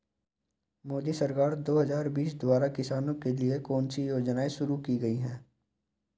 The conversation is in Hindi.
मोदी सरकार दो हज़ार बीस द्वारा किसानों के लिए कौन सी योजनाएं शुरू की गई हैं?